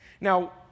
now